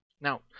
Now